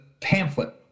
pamphlet